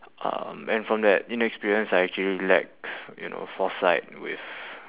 um and from that inexperience I actually lack you know foresight with